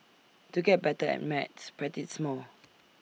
to get better at maths practise more